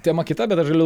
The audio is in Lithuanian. tema kita bet aš galiu